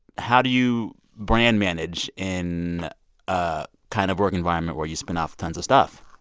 how do you brand manage in a kind of work environment where you spin off tons of stuff?